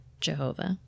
Jehovah